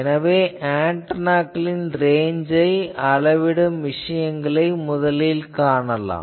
எனவே ஆன்டெனாக்களின் ரேஞ்சை அளவிடும் விஷயங்களை முதலில் காணலாம்